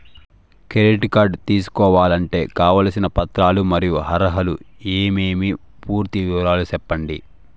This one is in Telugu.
క్రెడిట్ కార్డు తీసుకోవాలంటే కావాల్సిన పత్రాలు మరియు అర్హతలు ఏమేమి పూర్తి వివరాలు సెప్పండి?